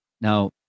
Now